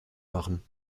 machen